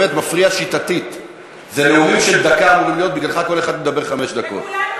את ההאשמות, חברת הכנסת גרמן, נא לסיים.